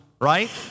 right